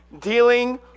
Dealing